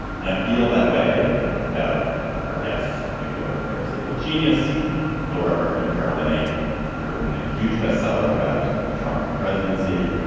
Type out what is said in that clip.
and i feel that way about our guests. new book, book, a very stable genius phil rucker and carolyn egg have written huge bestseller about the trump presidency,